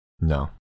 No